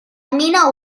mina